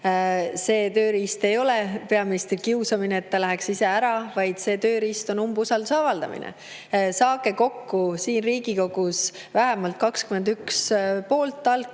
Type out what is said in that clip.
See tööriist ei ole peaministri kiusamine, et ta läheks ise ära, vaid see tööriist on umbusalduse avaldamine. Saage siin Riigikogus kokku vähemalt 21 pooltallkirja,